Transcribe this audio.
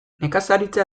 nekazaritza